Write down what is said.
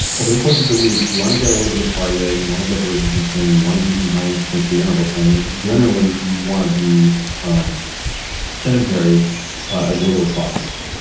over the course of the week you want to get a little bit of cardio, you want to get the resistance training, you want to do some high intensity interval training and just generally you want to be um sedentary as little as possible